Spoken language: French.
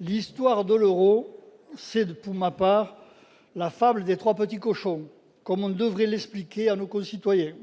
L'histoire de l'euro, c'est la fable des trois petits cochons, comme on devrait l'expliquer aux citoyens.